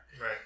Right